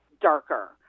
darker